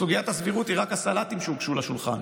סוגיית הסבירות היא רק הסלטים שהוגשו לשולחן,